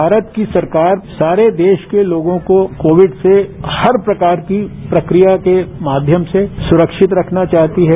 भारत की सरकार सारे देश के लोगों को कोविड से हर प्रकार की प्रकिया के माध्यम से सुरक्षित रखना चाहती है